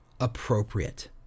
appropriate